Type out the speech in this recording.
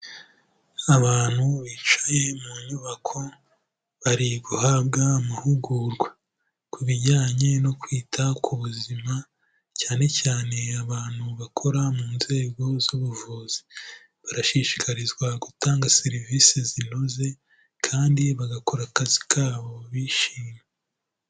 Abantu bicaye mu nyubako, bari guhabwa amahugurwa, ku bijyanye no kwita ku buzima cyane cyane abantu bakora mu nzego z'ubuvuzi, barashishikarizwa gutanga serivisi zinoze kandi bagakora akazi kabo bishimye.